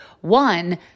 one